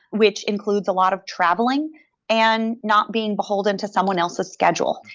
which includes a lot of traveling and not being beholden to someone else's schedule.